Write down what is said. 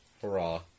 Hurrah